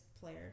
player